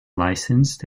licensed